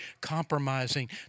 compromising